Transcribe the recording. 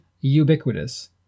ubiquitous